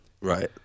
Right